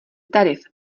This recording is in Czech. tarif